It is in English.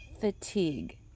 fatigue